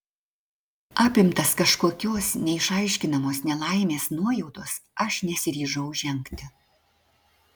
apimtas kažkokios neišaiškinamos nelaimės nuojautos aš nesiryžau žengti